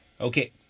Okay